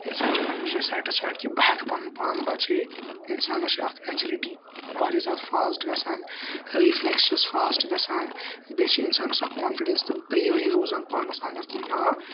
اِنسان چھُ پَنٕنہِ جایہِ سیٚٹِس فایِڈ کہِ بہٕ ہیٚکہٕ پَنُن پان بَچٲوِتھ اِنسانَس چھُ اَکھ اِیجلٔٹی واریاہ زیادٕ فاسٹ گَژھان رِفلیٚکشن چھَس فاسٹ گَژھان بیٚیہِ چھُ اِنسانَس اَکھ کانفِڈینَس تہٕ برٛیورِی روزان پانَس اَنٛدر کہِ نا